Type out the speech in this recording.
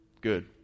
good